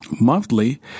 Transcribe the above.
monthly